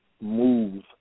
move